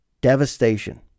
devastation